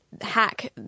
Hack